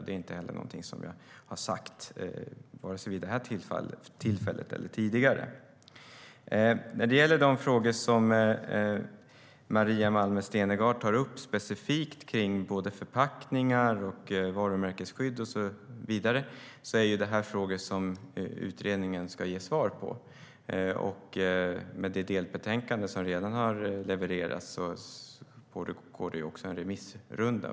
Det är inte heller någonting som jag har sagt vare sig vid detta tillfälle eller tidigare. När det gäller de frågor som Maria Malmer Stenergard specifikt tar upp om förpackningar, varumärkesskydd och så vidare är det frågor som utredningen ska ge svar på. Med det delbetänkande som redan har levererats går det också en remissrunda.